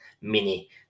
mini